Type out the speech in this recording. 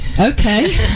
Okay